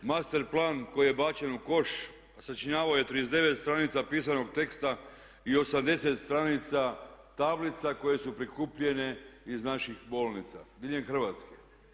Master plan koji je bače u koš sačinjavao je 39 stranica pisanog teksta i 80 stranica tablica koje su prikupljene iz naših bolnica diljem Hrvatske.